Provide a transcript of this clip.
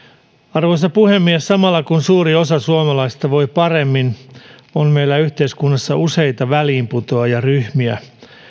arvoisa puhemies samalla kun suuri osa suomalaisista voi paremmin on meillä yhteiskunnassa useita väliinputoajaryhmiä